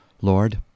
Lord